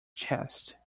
chest